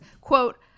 quote